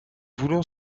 voulons